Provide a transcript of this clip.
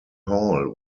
hall